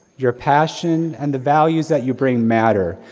your passion and the values that you bring matter.